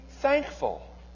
Thankful